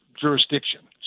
jurisdiction